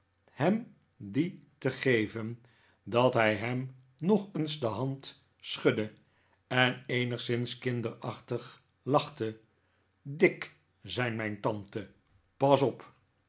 hem dien te geven dat hij hem nog eens de hand schudde en eenigszins kinderachtig lachte dick zei mijn tante pas op